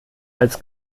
als